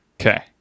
Okay